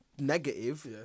negative